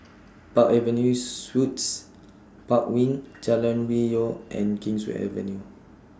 Park Avenue Suites Park Wing Jalan Hwi Yoh and Kingswear Avenue